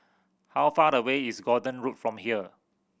how far away is Gordon Road from here